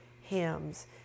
hymns